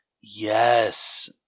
Yes